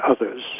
others